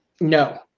No